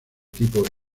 tipo